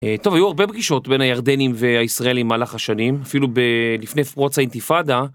טוב, היו הרבה פגישות בין הירדנים והישראלים במהלך השנים, אפילו לפני פרוץ האינתיפדה.